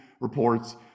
reports